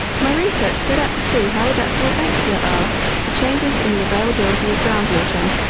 my research set out to see how adaptable banksia are to changes in the availability of groundwater.